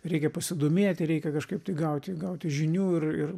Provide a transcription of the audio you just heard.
reikia pasidomėti reikia kažkaip tai gauti gauti žinių ir ir